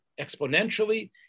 exponentially